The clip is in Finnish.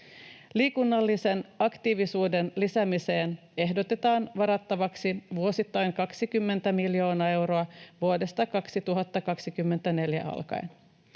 Liikunnallisen aktiivisuuden lisäämiseen ehdotetaan varattavaksi vuosittain 20 miljoonaa euroa vuodesta 2024 alkaen.